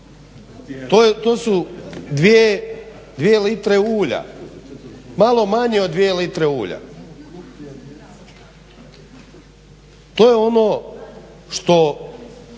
to su dvije litre ulja, malo manje od dvije litre ulja. To je ono što